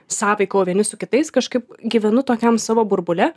sąveikauja vieni su kitais kažkaip gyvenu tokiam savo burbule